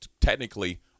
technically